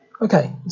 Okay